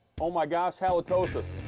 oh, my gosh, halitosis.